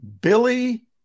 Billy